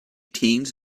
teens